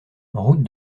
route